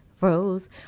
rose